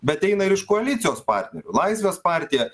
bet eina ir iš koalicijos partnerių laisvės partija